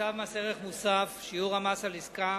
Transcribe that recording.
בצו מס ערך מוסף (שיעור המס על עסקה